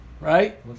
right